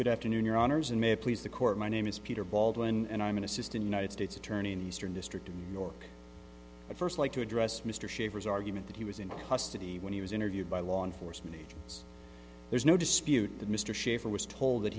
good afternoon your honors and may please the court my name is peter baldwin and i'm an assistant united states attorney in eastern district of new york i first like to address mr shavers argument that he was in custody when he was interviewed by law enforcement agents there's no dispute that mr shaffer was told that